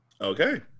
Okay